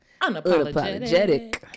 Unapologetic